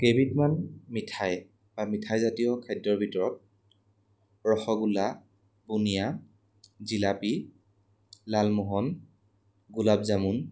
কেইবিধমান মিঠাই বা মিঠাইজাতীয় খাদ্যৰ ভিতৰত ৰসগোল্লা বুন্দিয়া জিলাপী লালমোহন গোলাপজামুন